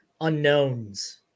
unknowns